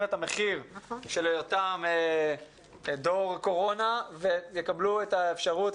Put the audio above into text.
את המחיר על היותם דור קורונה והם יקבלו את האפשרות